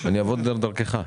אני אעבוד גם דרכך.